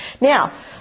Now